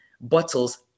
bottles